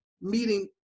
meeting